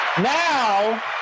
Now